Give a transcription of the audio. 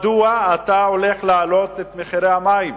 מדוע אתה הולך להעלות את מחירי המים,